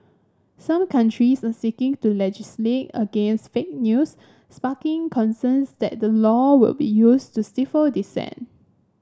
some countries are seeking to legislate against fake news sparking concerns that the law will be used to stifle dissent